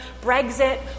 Brexit